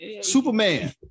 Superman